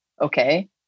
okay